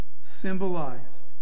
symbolized